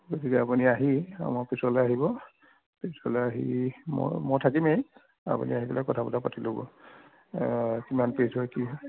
গতিকে আপুনি আহি আমাৰ অ'ফিচলৈ আহিব অ'ফিচলৈ আহি মই মই থাকিমেই আপুনি আহি পেলাই কথা বাৰ্তা পাতি ল'ব কিমান পেজ হয় কি হয়